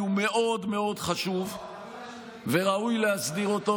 הוא מאוד מאוד חשוב וראוי להסדיר אותו,